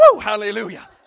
Hallelujah